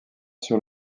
sur